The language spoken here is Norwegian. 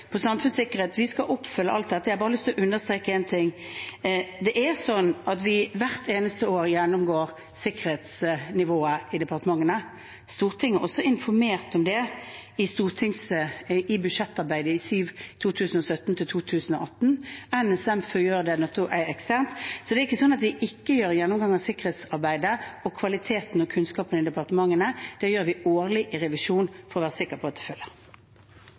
skal vi oppfylle alt dette. Jeg har bare lyst til å understreke én ting. Hvert eneste år gjennomgår vi sikkerhetsnivået i departementene. Stortinget ble også informert om det i budsjettarbeidet i 2017–2018. Det er NSM som gjør det. Så det er ikke sånn at vi ikke gjør en gjennomgang av sikkerhetsarbeidet og kvaliteten og kunnskapen i departementene. Det gjør vi i en årlig revisjon for å være sikre. Michael Tetzschner har hatt ordet to ganger tidligere og får ordet til en kort merknad på